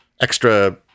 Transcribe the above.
extra